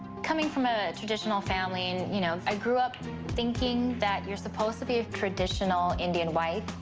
coming from a traditional family, you know, i grew up thinking that you're supposed to be a traditional indian wife.